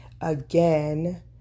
again